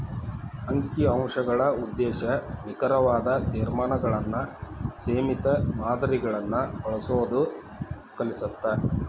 ಅಂಕಿ ಅಂಶಗಳ ಉದ್ದೇಶ ನಿಖರವಾದ ತೇರ್ಮಾನಗಳನ್ನ ಸೇಮಿತ ಮಾದರಿಗಳನ್ನ ಬಳಸೋದ್ ಕಲಿಸತ್ತ